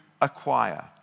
acquire